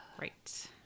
right